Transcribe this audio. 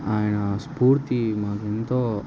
ఆయన స్ఫూర్తి మాకు ఎంతో